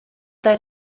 their